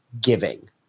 giving